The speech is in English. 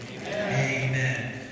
Amen